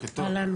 טוב.